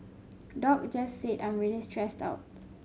doc just said I'm really stressed out